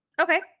Okay